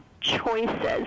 choices